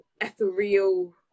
ethereal